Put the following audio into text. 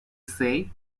say